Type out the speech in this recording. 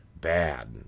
bad